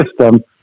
system